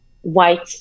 white